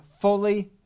fully